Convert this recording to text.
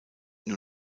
nur